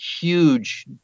Huge